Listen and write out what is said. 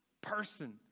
person